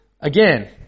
Again